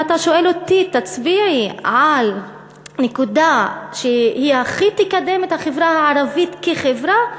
אם אתה שואל אותי: תצביעי על נקודה שהכי תקדם את החברה הערבית כחברה,